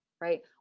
right